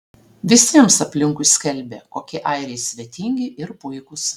visiems aplinkui skelbė kokie airiai svetingi ir puikūs